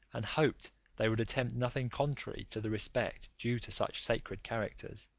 and hoped they would attempt nothing contrary to the respect due to such sacred characters,